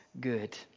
good